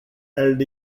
and